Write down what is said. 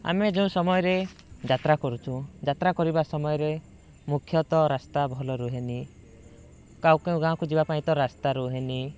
ଆମେ ଯେଉଁ ସମୟରେ ଯାତ୍ରା କରୁଛୁ ଯାତ୍ରା କରିବା ସମୟରେ ମୁଖ୍ୟତଃ ରାସ୍ତା ଭଲ ରୁହେନି କେଉଁ କେଉଁ ଗାଁକୁ ଯିବା ପାଇଁ ତ ରାସ୍ତା ରୁହେନି